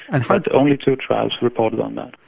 and only two trials reported on that.